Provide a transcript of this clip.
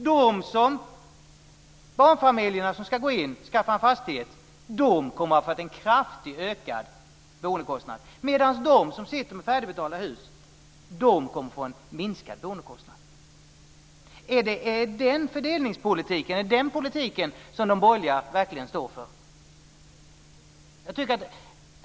De barnfamiljer som ska skaffa sig en fastighet kommer att få en kraftigt ökad boendekostnad, medan de som sitter med färdigbetalda hus kommer att få en minskad boendekostnad. Är det den politik som de borgerliga verkligen står för?